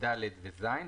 (ד) ו-(ז),